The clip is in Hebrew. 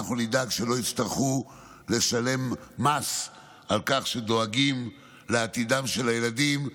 אנחנו נדאג שלא יצטרכו לשלם מס על כך שדואגים לעתידם של הילדים,